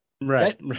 right